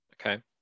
Okay